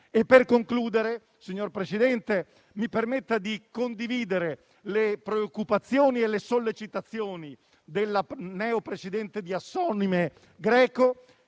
Per concludere, signor Presidente, mi permetta di condividere le preoccupazioni e le sollecitazioni della neo presidente di Assonime,